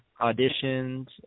auditions